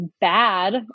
bad